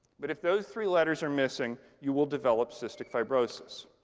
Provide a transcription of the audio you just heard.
but if those three letters are missing, you will develop cystic fibrosis.